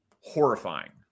horrifying